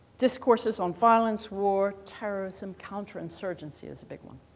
discourses on violence, war, terrorism, counterinsurgency is a big one.